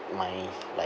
my like